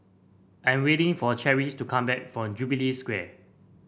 I'm waiting for Cherish to come back from Jubilee Square